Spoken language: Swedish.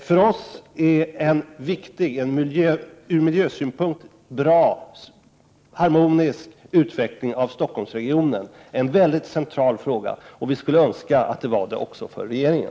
För oss är en ur miljösynpunkt harmonisk utveckling av Stockholmsregionen en synnerligen central fråga, och vi skulle önska att också regeringen hade den inställningen.